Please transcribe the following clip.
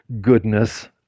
goodness